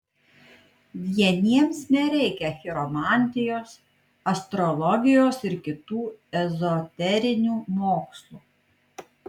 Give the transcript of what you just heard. vieniems nereikia chiromantijos astrologijos ir kitų ezoterinių mokslų